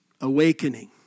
Awakening